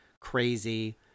crazy